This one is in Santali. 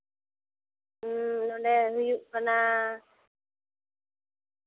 ᱦᱩᱸ ᱚᱱᱮ ᱦᱩᱭᱩᱜ ᱠᱟᱱᱟ